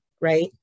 right